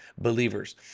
believers